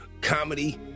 comedy